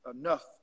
enough